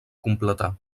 completar